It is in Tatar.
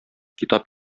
китап